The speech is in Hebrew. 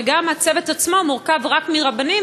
וגם הצוות עצמו מורכב רק מרבנים,